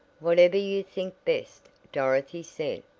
whatever you think best, dorothy said,